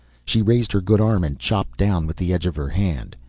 she raised her good arm and chopped down with the edge of her hand.